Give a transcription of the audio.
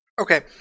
Okay